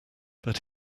but